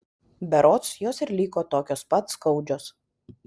berods jos ir liko tokios pat skaudžios